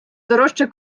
дорожче